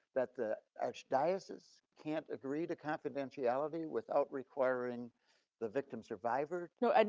that the archdiocese can't agree to confidentiality without requiring the victim survivor? no, and